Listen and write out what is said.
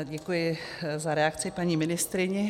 Děkuji za reakci paní ministryni.